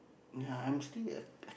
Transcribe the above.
ah I'm still a